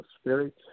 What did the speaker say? spirit